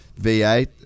v8